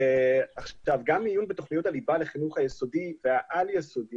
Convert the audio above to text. גם עיון בתוכניות הליבה לחינוך היסודי והעל יסודי